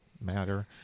matter